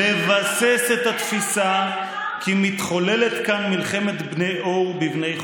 לבסס את התפיסה שמתחוללת כאן מלחמת בני אור בבני חושך,